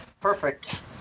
perfect